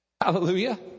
Hallelujah